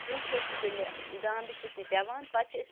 برٛونٛہہ چھِ ٲسمٕتۍ تیٚلہِ دامبرِ چھِ ٲسمٕتۍ پٮ۪وان پَتہٕ چھِ ٲسمٕتۍ